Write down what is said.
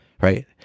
right